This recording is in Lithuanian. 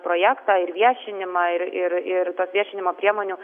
projektą ir viešinimą ir ir ir tas viešinimo priemonių